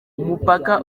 umupaka